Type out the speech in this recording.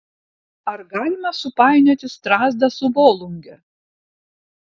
ar galima supainioti strazdą su volunge